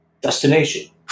destination